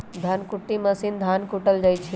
धन कुट्टी मशीन से धान कुटल जाइ छइ